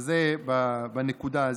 אז זה בנקודה הזאת.